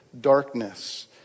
darkness